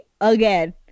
again